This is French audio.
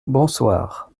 bonsoir